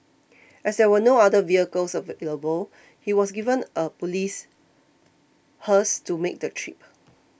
as there were no other vehicles available he was given a police hearse to make the trip